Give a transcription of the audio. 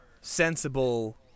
sensible